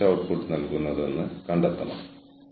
ഇത് പ്രവർത്തനപരമാണോ അതോ ഭരണപരമാണോ അതോ തന്ത്രപരമാണോ